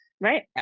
Right